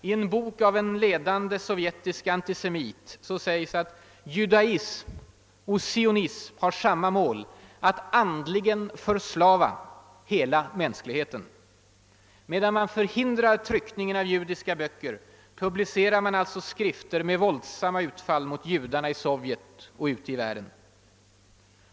I en bok av en ledande sovjetisk antisemit sägs, att judaismen och sionismen har samma mål: att »andligen förslava hela mänskligheten». Medan man förhindrar tryckningen av judiska böcker, publicerar man alltså skrifter med våldsamma utfall mot judarna i Sovjet och ute i världen.